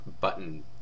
button